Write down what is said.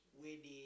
where they